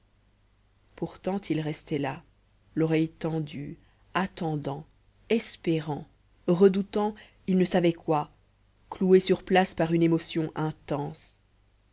pourtant il restait là l'oreille tendue attendant espérant redoutant il ne savait quoi cloué sur place par une émotion intense